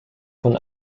von